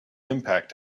impact